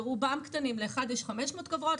לאחד יש 500 כוורות,